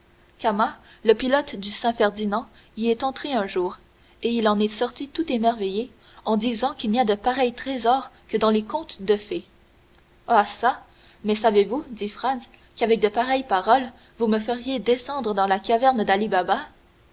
le pilote du saint ferdinand y est entré un jour et il en est sorti tout émerveillé en disant qu'il n'y a de pareils trésors que dans les contes de fées ah çà mais savez-vous dit franz qu'avec de pareilles paroles vous me feriez descendre dans la caverne dali baba